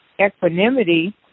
equanimity